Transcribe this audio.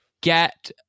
get